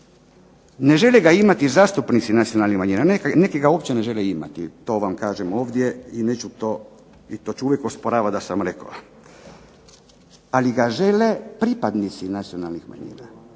Ne žele ga imati zastupnici nacionalnih manjina, neki ga uopće ne žele imati. To vam kažem ovdje i neću to, i to ću uvijek osporavati da sam rekao, ali ga žele pripadnici nacionalnih manjina.